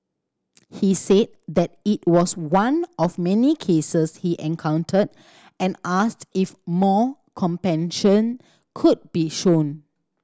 he said that it was just one of many cases he encountered and asked if more compassion could be shown